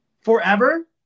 Forever